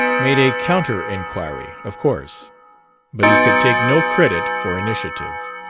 made a counter-inquiry, of course but he could take no credit for initiative.